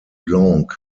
blanc